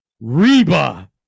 Reba